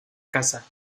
casa